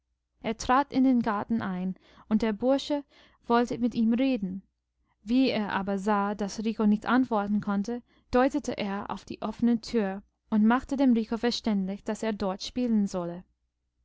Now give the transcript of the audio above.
er trat in den garten ein und der bursche wollte mit ihm reden wie er aber sah daß rico nicht antworten konnte deutete er auf die offene tür und machte dem rico verständlich daß er dort spielen solle